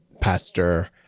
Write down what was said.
pastor